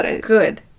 Good